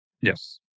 Yes